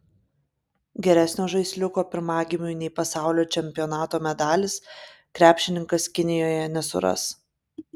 geresnio žaisliuko pirmagimiui nei pasaulio čempionato medalis krepšininkas kinijoje nesuras